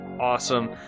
awesome